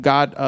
God